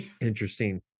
interesting